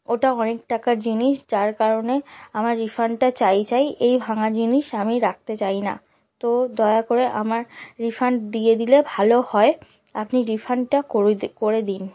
ওটা অনেক টাকার জিনিস যার কারণে আমার রিফান্ডটা চাইই চাই এই ভাঙা জিনিস আমি রাখতে চাই না তো দয়া করে আমার রিফান্ড দিয়ে দিলে ভালো হয় আপনি রিফান্ডটা করে করে দিন